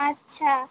আচ্ছা